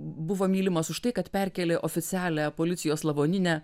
buvo mylimas už tai kad perkėlė oficialią policijos lavoninę